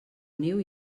niu